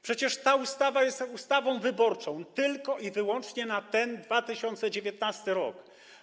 Przecież ta ustawa jest ustawą wyborczą, tylko i wyłącznie na 2019 r.